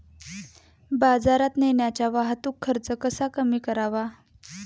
बाजारात नेण्याचा वाहतूक खर्च कसा कमी करावा?